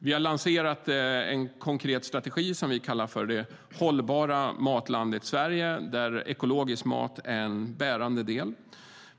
Vi har lanserat en konkret strategi som vi kallar det hållbara matlandet Sverige, där ekologisk mat är en bärande del.